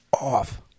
off